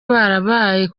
barabaye